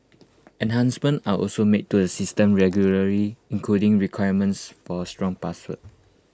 enhancements are also made to the system regularly including requirements for strong passwords